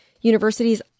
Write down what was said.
universities